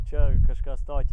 čia kažkas tokio